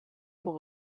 pour